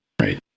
Right